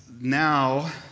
now